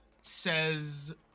says